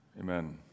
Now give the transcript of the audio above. Amen